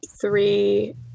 three